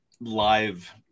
live